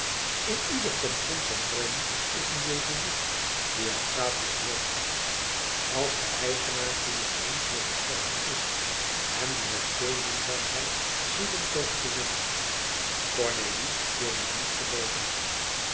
in ieder pension van rome is een jezuïet die er gratis woont als de eigenaar goeien vriend met de kerk is en die met veel minzaamheid zielen poogt te winnen cornélie wilde niet gelooven